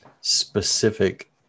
specific